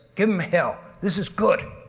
give em hell, this is good.